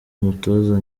umutoza